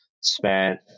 spent